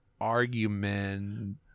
argument